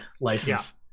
license